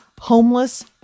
homeless